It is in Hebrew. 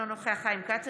אינו נוכח חיים כץ,